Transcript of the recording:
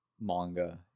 manga